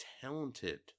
talented